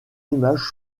image